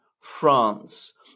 France